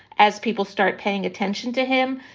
as people start paying attention to him,